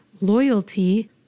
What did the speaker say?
loyalty